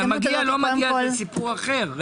מגיע או לא מגיע, זה סיפור אחר.